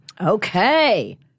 Okay